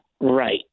Right